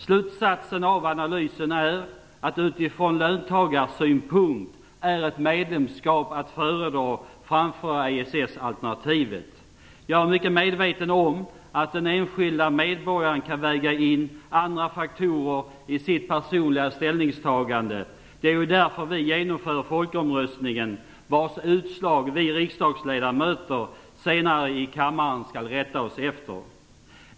Slutsatsen av analysen är, att utifrån löntagarsynpunkt är ett medlemskap att föredra framför EES Jag är mycket medveten om att den enskilde medborgaren kan väga in andra faktorer i sitt personliga ställningstagande - det är ju därför vi genomför folkomröstningen, vars utslag vi riksdagsledamöter senare i kammaren skall rätta oss efter.